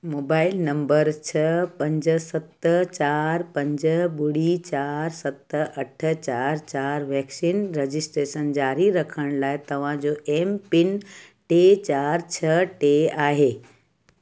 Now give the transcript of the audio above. mobile number छह पंज सत चार पंज ॿुड़ी चार सत अठ चार चार वैक्सीन रजिस्ट्रेशन जारी रखण लाइ तव्हां जो एम पिन टे चार छह टे आहे